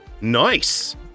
nice